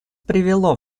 привело